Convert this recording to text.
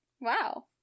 Wow